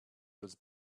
was